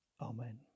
Amen